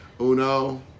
Uno